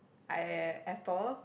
I Apple